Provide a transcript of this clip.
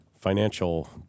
financial